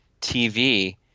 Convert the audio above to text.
TV